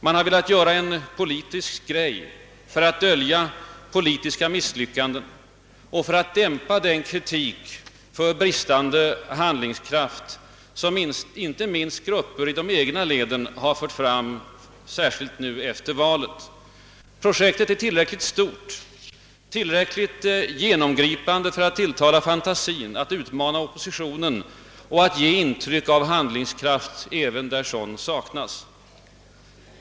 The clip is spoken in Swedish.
Man har velat göra en politisk grej för att dölja politiska misslyckanden och för att dämpa den kritik för bristande handlingskraft som inte minst grupper i de egna leden fört fram särskilt nu efter valet. Projektet är tillräckligt stort, tillräckligt genomgripande för att tilltala fantasin, för att utmana oppositionen och för att ge intryck av handlingskraft även där sådan saknas.